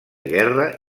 guerra